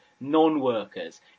non-workers